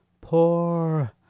Poor